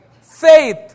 Faith